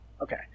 okay